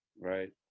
Right